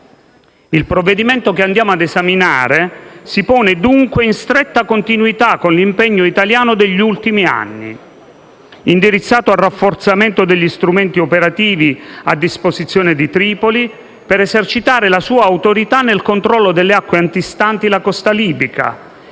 Il provvedimento che andiamo ad esaminare si pone, dunque, in stretta continuità con l'impegno italiano degli ultimi anni, indirizzato al rafforzamento degli strumenti operativi a disposizione di Tripoli per esercitare la sua autorità nel controllo delle acque antistanti la costa libica,